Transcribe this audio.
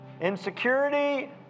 insecurity